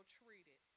treated